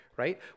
Right